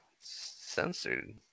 censored